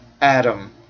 Adam